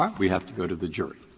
um we have to go to the jury.